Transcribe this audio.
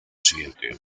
siguiente